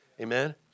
Amen